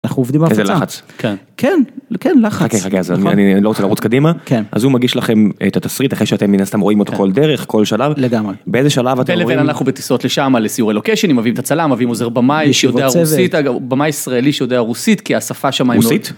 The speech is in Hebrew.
אנחנו עובדים בהפצה, בלחץ, כן, כן לחץ. אני לא רוצה לרוץ קדימה, כן, אז הוא מגיש לכם את התסריט אחרי שאתם מן הסתם רואים אותו כל דרך, כל שלב, לגמרי, באיזה שלב אתם רואים, בין לבין אנחנו בטיסות לשמה לסיורי לוקשנים, מביאים את הצלם, מביאים עוזר במאי שיודע רוסית, במאי ישראלי שיודע רוסית, כי השפה שם היא רוסית.